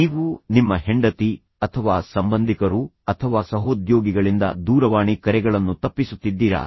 ನೀವು ನಿಮ್ಮ ಹೆಂಡತಿ ಅಥವಾ ಸಂಬಂಧಿಕರು ಅಥವಾ ಸಹೋದ್ಯೋಗಿಗಳಿಂದ ದೂರವಾಣಿ ಕರೆಗಳನ್ನು ತಪ್ಪಿಸುತ್ತಿದ್ದೀರಾ